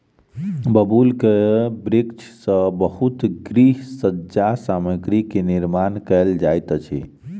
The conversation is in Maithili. बबूलक वृक्ष सॅ बहुत गृह सज्जा सामग्री के निर्माण कयल जाइत अछि